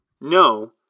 No